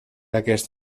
aquest